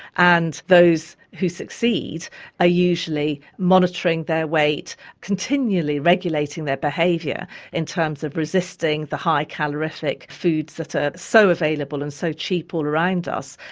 and those who succeed are ah usually monitoring their weight continually, regulating their behaviour in terms of resisting the high calorific foods that are so available and so cheap all around us,